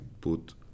put